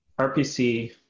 RPC